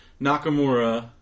Nakamura